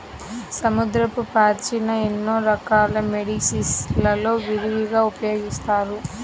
సముద్రపు పాచిని ఎన్నో రకాల మెడిసిన్ లలో విరివిగా ఉపయోగిస్తారు